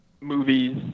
movies